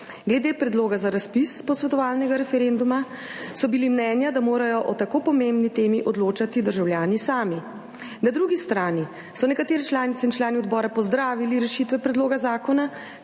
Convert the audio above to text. Glede predloga za razpis posvetovalnega referenduma so bili mnenja, da morajo o tako pomembni temi odločati državljani sami. Na drugi strani so nekatere članice in člani odbora pozdravili rešitve predloga zakona